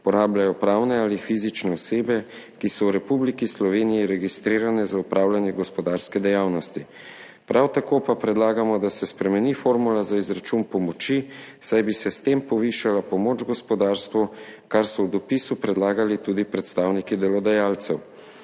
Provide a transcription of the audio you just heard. uporabljajo pravne ali fizične osebe, ki so v Republiki Sloveniji registrirane za opravljanje gospodarske dejavnosti. Prav tako pa predlagamo, da se spremeni formula za izračun pomoči, saj bi se s tem povišala pomoč gospodarstvu, kar so v dopisu predlagali tudi predstavniki delodajalcev.